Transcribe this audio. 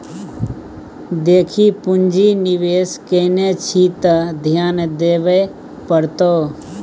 देखी पुंजी निवेश केने छी त ध्यान देबेय पड़तौ